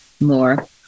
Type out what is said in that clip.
more